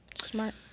smart